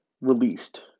released